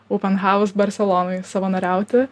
open house barselonoj savanoriauti